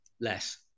less